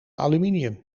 aluminium